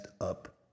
up